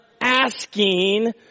asking